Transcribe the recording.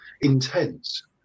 intense